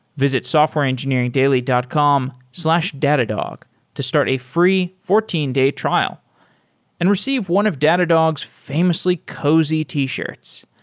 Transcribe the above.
visit softwareengineeringdaily dot com slash datadog to start a free fourteen day trial and receive one of datadog's famously cozy t-shirts.